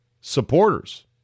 supporters